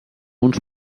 uns